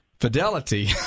Fidelity